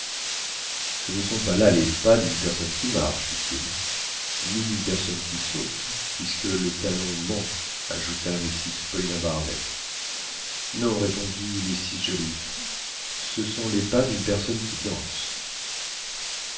ce ne sont pas là les pas d'une personne qui marche dit-il ni d'une personne qui saute puisque le talon manque ajouta mrs paulina barnett non répondit mrs joliffe ce sont les pas d'une personne qui danse